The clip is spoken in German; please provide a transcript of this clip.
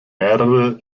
mehrere